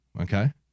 okay